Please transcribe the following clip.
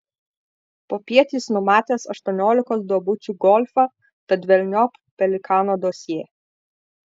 popiet jis numatęs aštuoniolikos duobučių golfą tad velniop pelikano dosjė